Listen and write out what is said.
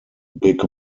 big